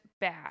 bad